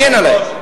תגן עלי.